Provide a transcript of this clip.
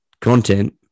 content